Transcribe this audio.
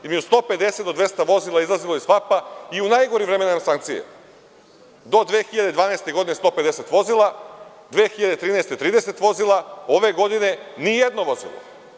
Između 150 do 200 vozila je izlazilo iz FAP-a i u najgorim vremenima sankcije do 2012. godine, 150 vozila, a 2013. godine 30 vozila, a ove godine nijedno vozilo.